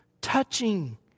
touching